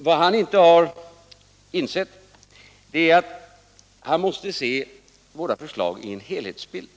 Vad han inte har insett är att han måste se våra förslag i en helhetsbild.